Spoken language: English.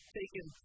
taken